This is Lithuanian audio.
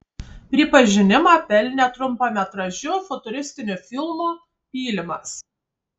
pripažinimą pelnė trumpametražiu futuristiniu filmu pylimas